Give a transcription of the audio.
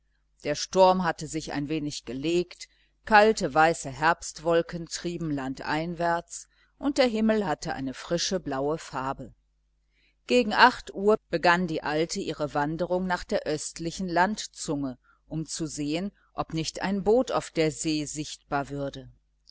der sturm hatte sich ein wenig gelegt kalte weiße herbstwolken trieben landeinwärts und der himmel hatte eine frische blaue farbe gegen acht uhr begann die alte ihre wanderung nach der östlichen landzunge um zu sehen ob nicht ein boot auf der see sichtbar würde